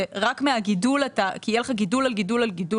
זה רק מהגידול כי יהיה לך גידול על גידול על גידול